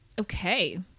Okay